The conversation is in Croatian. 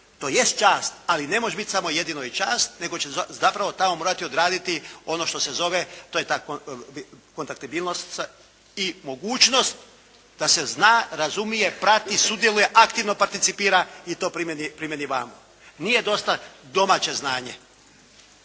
to jest čast ali ne može biti samo jedino i čast nego će zapravo tamo morati odraditi ono što se zove, to je ta kontaktibilnost i mogućnost da se zna, razaumije, prati, sudjeluje, aktivno participira i to primijeni vamo. Nije dosta domaće znanje.